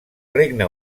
regne